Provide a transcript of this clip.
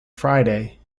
friday